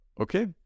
Okay